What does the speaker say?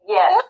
Yes